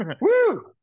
Woo